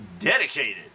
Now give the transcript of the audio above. dedicated